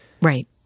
Right